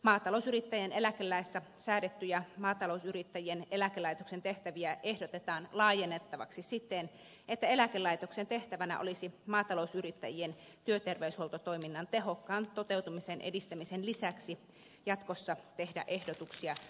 maatalousyrittäjien eläkelaissa säädettyjä maatalousyrittäjien eläkelaitoksen tehtäviä ehdotetaan laajennettavaksi siten että eläkelaitoksen tehtävänä olisi maatalousyrittäjien työterveyshuoltotoiminnan tehokkaan toteutumisen edistämisen lisäksi jatkossa tehdä ehdotuksia toiminnan kehittämisestä